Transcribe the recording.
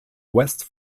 west